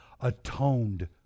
atoned